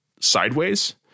sideways